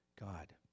God